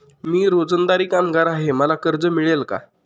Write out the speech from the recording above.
मी रोजंदारी कामगार आहे मला कर्ज मिळेल का?